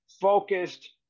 focused